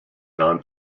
non